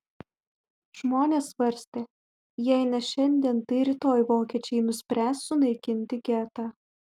žmonės svarstė jei ne šiandien tai rytoj vokiečiai nuspręs sunaikinti getą